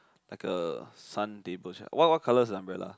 like a sun table what what colour is the umbrella